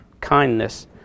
kindness